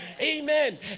Amen